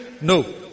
no